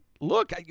look